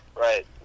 Right